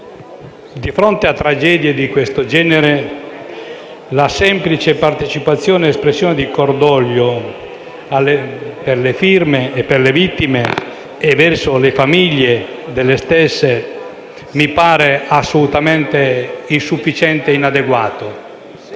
di fronte a tragedie di questo genere la semplice partecipazione e espressione di cordoglio per le vittime e verso le loro famiglie mi paiono assolutamente insufficienti e inadeguate.